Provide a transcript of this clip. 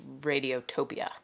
Radiotopia